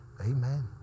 Amen